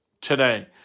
today